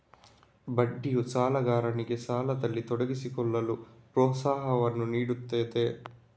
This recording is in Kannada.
ಬಡ್ಡಿಯು ಸಾಲಗಾರನಿಗೆ ಸಾಲದಲ್ಲಿ ತೊಡಗಿಸಿಕೊಳ್ಳಲು ಪ್ರೋತ್ಸಾಹವನ್ನು ನೀಡುತ್ತದೆ